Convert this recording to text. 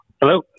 Hello